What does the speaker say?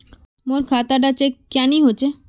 मोर खाता डा चेक क्यानी होचए?